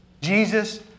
Jesus